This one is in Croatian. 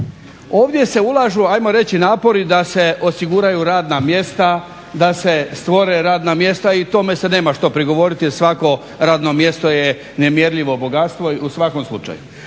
Ovdje se ulažu ajmo reći napori da se osiguraju radna mjesta, da se stvore radna mjesta i tome se nema što prigovoriti jer svako radno mjesto je nemjerljivo bogatstvo u svakom slučaju.